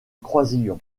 croisillon